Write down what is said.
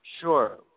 Sure